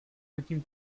zatím